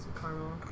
caramel